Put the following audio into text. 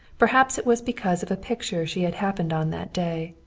perhaps it was because of a picture she had happened on that day,